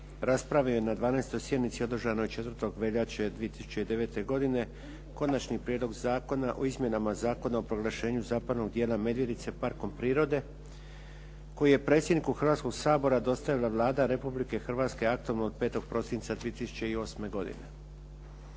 raspravio je na 12. sjednici održanoj 4. veljače 2009. godine, Konačni prijedlog Zakona o izmjenama Zakona o proglašenju zapadnog dijela Medvednice parkom prirode, koji je predsjedniku Hrvatskog sabora dostavila Vlada Republike Hrvatske aktom od 5. prosinca 2008. godine.